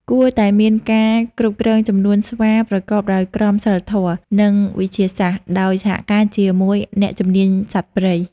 គួរតែមានការគ្រប់គ្រងចំនួនស្វាប្រកបដោយក្រមសីលធម៌ និងវិទ្យាសាស្ត្រ ដោយសហការជាមួយអ្នកជំនាញសត្វព្រៃ។